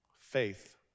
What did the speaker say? Faith